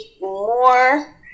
more